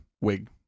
wig